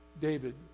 David